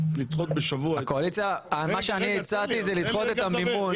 לדחות בשבוע --- מה שאני הצעתי זה לדחות את המימון.